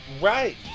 Right